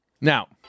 Now